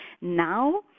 Now